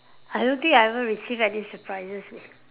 I don't think I ever received any surprises eh